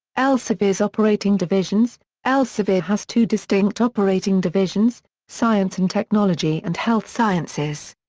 elsevier's operating divisions elsevier has two distinct operating divisions science and technology and health sciences.